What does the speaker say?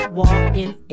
walking